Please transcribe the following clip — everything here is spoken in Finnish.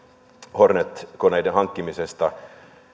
hornet koneiden hankkimisesta